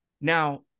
Now